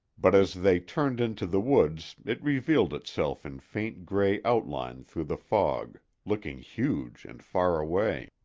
but as they turned into the woods it revealed itself in faint gray outline through the fog, looking huge and far away.